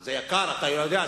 זה יקר, אתה יודע.